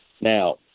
Now